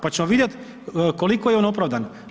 Pa ćemo vidjeti koliko je on opravdan.